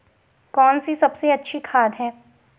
कौन सी सबसे अच्छी खाद है?